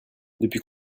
depuis